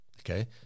Okay